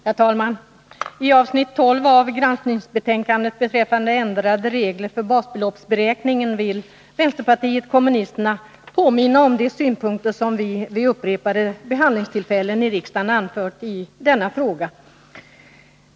Herr talman! I avsnitt 12 av granskningsbetänkandet, beträffande ändrade regler för basbeloppsberäkningen, vill vänsterpartiet kommunisterna påminna om de synpunkter som vi vid upprepade behandlingstillfällen i riksdagen anfört i denna fråga.